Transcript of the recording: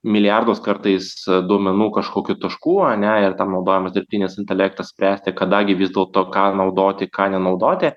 milijardus kartais duomenų kažkokių taškų ane ir tam naudojamas dirbtinis intelektas spręsti kada gi vis dėlto ką naudoti ką nenaudoti